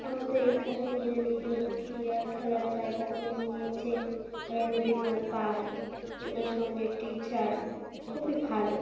আমাদের এখানে নিজের নিজের ক্রীড়া খেলার জায়গা করে নিয়েছে হ্যাঁ বিমল পাল যোগেশগঞ্জের টিচার খুবই ভালো